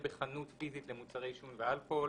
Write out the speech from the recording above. ובחנות פיזית למוצרי עישון ואלכוהול,